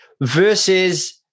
versus